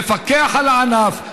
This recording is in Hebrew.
מפקח על הענף,